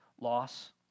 Loss